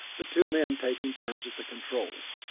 the two men taking turns at the controls.